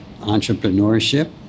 entrepreneurship